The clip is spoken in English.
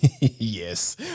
yes